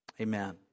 amen